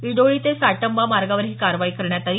इडोळी ते साटंबा मार्गावर ही कारवाई करण्यात आली